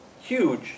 huge